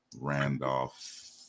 Randolph